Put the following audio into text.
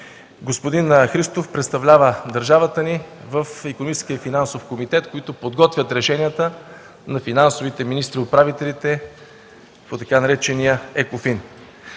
Господин Христов представлява държавата ни в Икономическия и финансов комитет, които подготвят решенията на финансовите министри и управителите по така наречения ЕКОФИН.